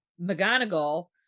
McGonagall